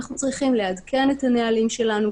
אנחנו צריכים לעדכן את הנהלים שלנו,